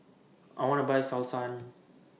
I want to Buy Selsun